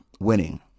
winning